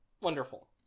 Wonderful